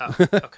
okay